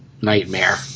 nightmare